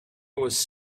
was